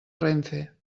renfe